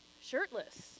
shirtless